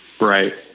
Right